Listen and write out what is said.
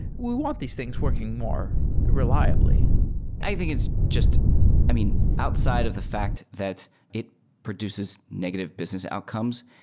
we want these things working more reliably i think it's just i mean, outside of the fact that it produces negative business outcomes,